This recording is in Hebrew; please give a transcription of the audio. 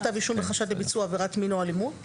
בחשד לביצוע עבירת מין או אלימות